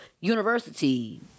university